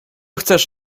chcesz